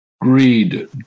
Greed